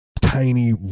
tiny